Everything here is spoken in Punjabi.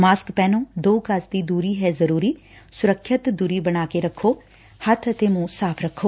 ਮਾਸਕ ਪਹਿਨੋ ਦੋ ਗਜ਼ ਦੀ ਦੁਰੀ ਹੈ ਜ਼ਰੁਰੀ ਸੁਰੱਖਿਅਤ ਦੂਰੀ ਬਣਾ ਕੇ ਰਖੋ ਹੱਥ ਅਤੇ ਮੂੰਹ ਸਾਫ਼ ਰੱਖੋ